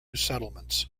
settlements